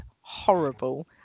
horrible